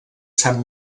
sant